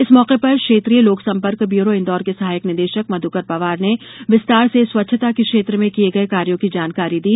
इस मौके पर क्षेत्रीय लोक संपर्क ब्यूरो इंदौर के सहायक निदेशक मध्कर पवार ने विस्तार से स्वच्छता के क्षेत्र में किए गए कार्यो की जानकारी दी